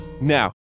now